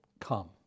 come